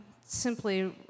simply